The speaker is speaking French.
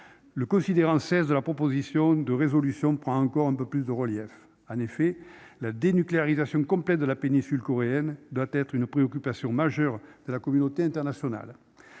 Aussi le texte de la proposition de résolution prend-il encore un peu plus de relief. En effet, la « dénucléarisation complète de la péninsule coréenne » doit être une préoccupation majeure de la communauté internationale.